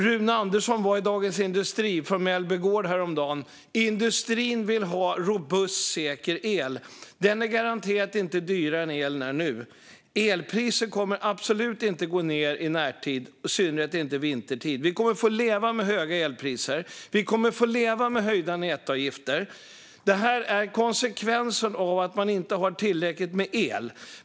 Rune Andersson på Mellby Gård sa det i Dagens industri häromdagen. Industrin vill ha robust, säker el. Den är garanterat inte dyrare än elen är nu. Elpriset kommer absolut inte att gå ned i närtid, i synnerhet inte vintertid. Vi kommer att få leva med höga elpriser. Vi kommer att få leva med höjda nätavgifter. Det här är konsekvensen av att vi inte har tillräckligt med el.